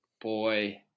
boy